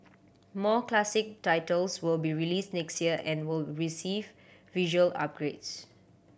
more classic titles will be released next year and will receive visual upgrades